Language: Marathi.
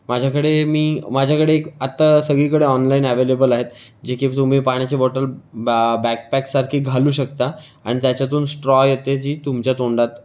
माझ्याकडे मी माझ्याकडे एक आत्ता सगळीकडे ऑनलाईन अव्हेलेबल आहेत जे की तुम्ही पाण्याची बॉटल बा बॅकपॅकसारखी घालू शकता अन त्याच्यातून स्ट्रॉ येते जी तुमच्या तोंडात